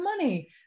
money